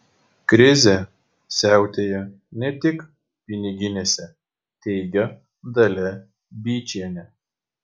krizė siautėja ne tik piniginėse teigia dalia byčienė